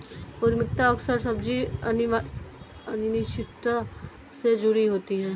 उद्यमिता अक्सर सच्ची अनिश्चितता से जुड़ी होती है